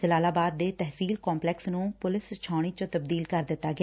ਜਲਾਲਾਬਾਦ ਦੇ ਤਹਿਸੀਲ ਕੰਪਲੈਕਸ ਨੰ ਪੁਲਿਸ ਛਾਉਣੀ ਚ ਤਬਦੀਲ ਕਰ ਦਿਤਾ ਗਿਆ